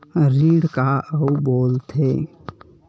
ऋण का अउ का बोल थे?